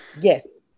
Yes